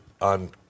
on